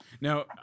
Now